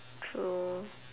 true